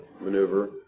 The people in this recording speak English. maneuver